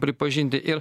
pripažinti ir